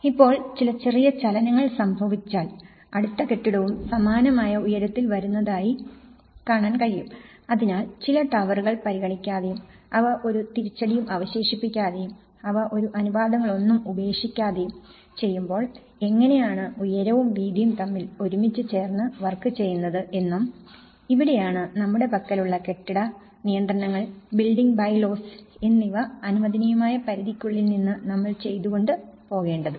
ഇപ്പോൾ ചില ചെറിയ ചലനങ്ങൾ സംഭവിച്ചാൽ അടുത്ത കെട്ടിടവും സമാനമായ ഉയരത്തിൽ വരുന്നതായി കാണാൻ കഴിയും അതിനാൽ ചില ടവറുകൾ പരിഗണിക്കാതെയും അവ ഒരു തിരിച്ചടിയും അവശേഷിപ്പിക്കാതെയും അവ അനുപാതങ്ങളൊന്നും ഉപേക്ഷിക്കാതെയും ചെയ്യുമ്പോൾ എങ്ങനെയാണ് ഉയരവും വീതിയും തമ്മിൽ ഒരുമിച്ച് ചേർന്ന് വർക്ക് ചെയ്യുന്നത് എന്നും ഇവിടെയാണ് നമ്മുടെ പക്കലുള്ള കെട്ടിട നിയന്ത്രണങ്ങൾ ബിൽഡിംഗ് ബൈലോ എന്നിവ അനുവദനീയമായ പരിധിക്കുള്ളിൽ നിന്ന് നമ്മൾ ചെയ്തു കൊണ്ട് പോകേണ്ടതും